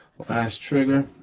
last trigger.